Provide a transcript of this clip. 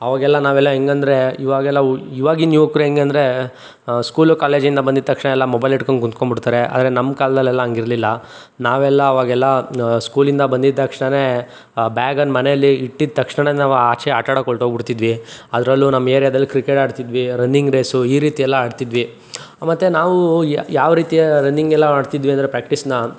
ಅವಾಗೆಲ್ಲ ನಾವೆಲ್ಲ ಹೆಂಗಂದ್ರೆ ಇವಾಗೆಲ್ಲ ಯು ಇವಾಗಿನ ಯುವಕ್ರು ಹೆಂಗಂದ್ರೆ ಸ್ಕೂಲು ಕಾಲೇಜಿಂದ ಬಂದಿದ್ದ ತಕ್ಷಣ ಎಲ್ಲ ಮೊಬೈಲ್ ಹಿಡ್ಕೊಂಡ್ ಕುಂತ್ಕೊ ಬಿಡ್ತಾರೆ ಆದರೆ ನಮ್ಮ ಕಾಲದಲೆಲ್ಲಾ ಹಂಗಿರ್ಲಿಲ್ಲ ನಾವೆಲ್ಲ ಅವಾಗೆಲ್ಲಾ ಸ್ಕೂಲಿಂದ ಬಂದಿದ್ದ ತಕ್ಷ್ಣ ಬ್ಯಾಗನ್ನು ಮನೇಲಿ ಇಟ್ಟಿದ ತಕ್ಷ್ಣ ನಾವು ಆಚೆ ಆಟ ಆಡೋಕೆ ಹೊರ್ಟೋಗ್ಬಿಡ್ತಿದ್ವಿ ಅದರಲ್ಲೂ ನಮ್ಮ ಏರಿಯಾದಲ್ಲಿ ಕ್ರಿಕೆಟ್ ಆಡ್ತಿದ್ವಿ ರನ್ನಿಂಗ್ ರೇಸು ಈ ರೀತಿ ಎಲ್ಲ ಆಡ್ತಿದ್ವಿ ಮತ್ತು ನಾವು ಯಾವ ರೀತಿಯ ರನ್ನಿಂಗೆಲ್ಲಾ ಮಾಡ್ತಿದ್ವಿ ಅಂದರೆ ಪ್ರ್ಯಾಕ್ಟೀಸನ್ನ